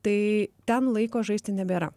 tai ten laiko žaisti nebėra